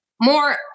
more